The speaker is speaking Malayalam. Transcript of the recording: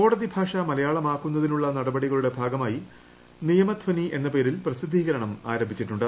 കോടതി ഭാഷ മലയാളമാക്കുന്നതിനുള്ള നടപടിക ളുടെ ഭാഗമായി നിയമധ്വനി എന്ന പേരിൽ പ്രസിദ്ധീകരണം ആരം ഭിച്ചിട്ടുണ്ട്